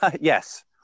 yes